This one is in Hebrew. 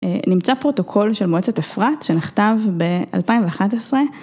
נמצא פרוטוקול של מועצת אפרת שנכתב ב-2011.